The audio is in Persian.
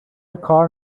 کار